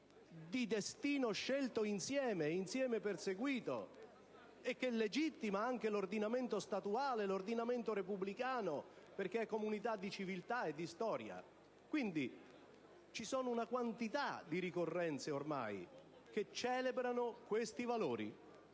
un destino scelto insieme e insieme perseguito e che legittima anche l'ordinamento statuale, l'ordinamento repubblicano, perché è comunità di civiltà e di storia. Quindi, ci sono già una quantità di ricorrenze che celebrano questi valori;